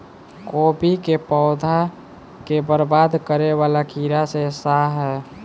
कोबी केँ पौधा केँ बरबाद करे वला कीड़ा केँ सा है?